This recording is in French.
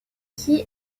qui